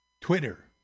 Twitter